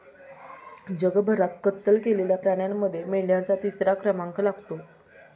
जगभरात कत्तल केलेल्या प्राण्यांमध्ये मेंढ्यांचा तिसरा क्रमांक लागतो